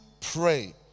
pray